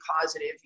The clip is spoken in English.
positive